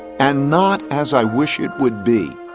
and not as i wish it would be.